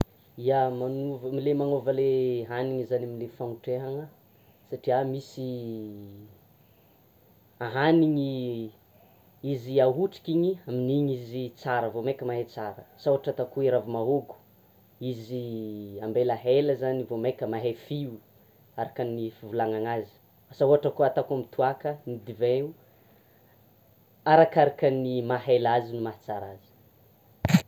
Ia! Magnova le magnova le hanina zany, le fagnotrehana satria misy haniny, izy ahotriky iny amin'iny izy tsara, vao maika mahay tsara, asa ohatra ataoko hoe ravi-mahôgo izy ambela hela zany vao maika mahay fio, araka ny fivolagnana azy, asa ohatra koa ataoko amin'ny toaka ny divaio, arakaraka ny mahaela azy ny mahatsara azy.